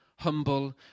humble